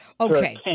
Okay